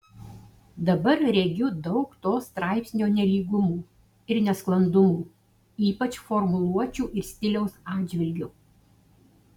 dabar regiu daug to straipsnio nelygumų ir nesklandumų ypač formuluočių ir stiliaus atžvilgiu